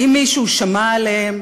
האם מישהו שמע עליהם?